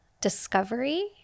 discovery